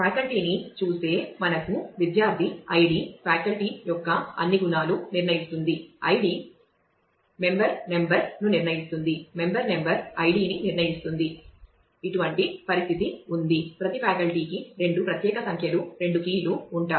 ఫ్యాకల్టీని చూస్తే మనకు విద్యార్థి ఐడి→ఫ్యాకల్టీ యొక్క అన్ని గుణాలు ID → member number member number → ID వంటి పరిస్థితి ఉంది ప్రతి ఫ్యాకల్టీకి రెండు ప్రత్యేక సంఖ్యలు రెండు కీలు ఉంటాయి